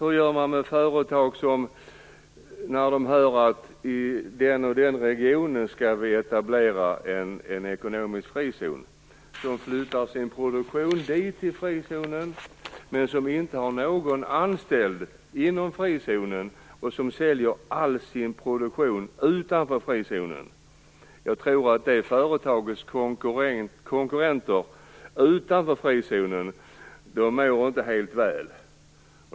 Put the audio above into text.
Hur gör man med företagare som flyttar sin produktion till en viss region när de hör att det skall etableras en ekonomisk frizon där, men som inte har någon anställd inom frizonen och som säljer hela sin produktion utanför frizonen? Jag tror att det företagets konkurrenter utanför frizonen inte mår helt bra.